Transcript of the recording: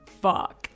fuck